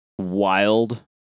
wild